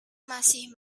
masih